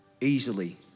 easily